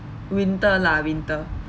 winter lah winter